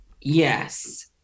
yes